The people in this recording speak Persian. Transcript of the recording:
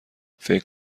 فکر